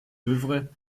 œuvre